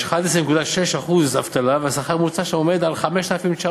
יש 11.6% אבטלה והשכר הממוצע שם עומד על 5,900 שקל.